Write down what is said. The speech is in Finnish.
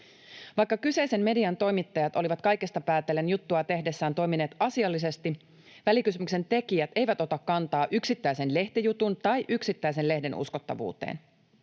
Vaikka kyseisen median toimittajat olivat kaikesta päätellen juttua tehdessään toimineet asiallisesti, välikysymyksen tekijät eivät ota kantaa yksittäisen lehtijutun tai yksittäisen lehden uskottavuuteen.